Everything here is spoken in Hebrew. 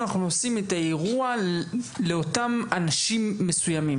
אנחנו עושים אירוע לאותם אנשים מסוימים,